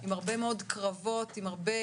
עם הרבה מאוד קרבות ואמוציות.